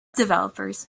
developers